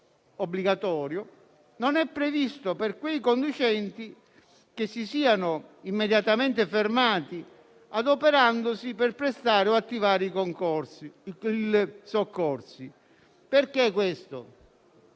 obbligatorio non è prevista per quei conducenti che si siano immediatamente fermati adoperandosi per prestare o attivare i soccorsi. La disciplina precedente